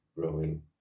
growing